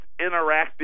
interactive